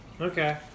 okay